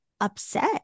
upset